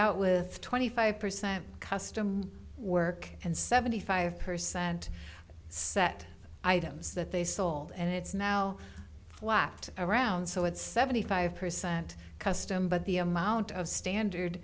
out with twenty five percent custom work and seventy five percent set of items that they sold and it's now whacked around so it's seventy five percent custom but the amount of standard